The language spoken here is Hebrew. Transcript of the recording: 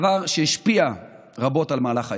דבר שהשפיע רבות על מהלך חיי.